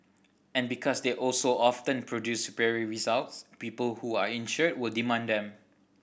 and because they also often produce superior results people who are insured will demand them